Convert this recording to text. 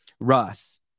Russ